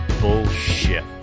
Bullshit